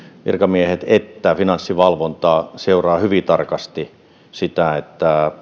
virkamiehet että finanssivalvonta seuraavat hyvin tarkasti sitä